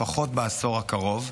לפחות בעשור הקרוב,